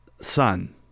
sun